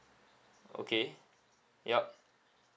okay yup